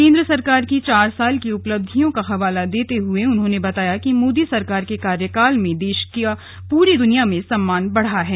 केंद्र सरकार की चार साल की उपलब्धियों का हवाला देते हुए उन्होंने बताया कि मोदी सरकार के कार्यकाल में देश का पूरी दुनिया में सम्मान बढ़ा है